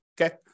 Okay